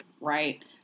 right